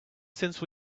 since